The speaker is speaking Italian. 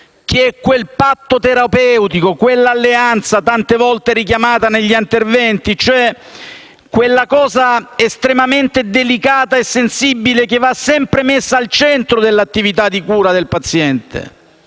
il patto terapeutico, l'alleanza tante volte richiamata negli interventi. Mi riferisco a un aspetto, estremamente delicato e sensibile, che va sempre messo al centro dell'attività di cura del paziente.